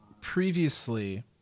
Previously